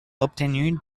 obtenus